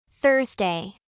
Thursday